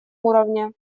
уровне